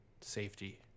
safety